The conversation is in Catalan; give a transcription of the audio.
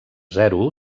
zero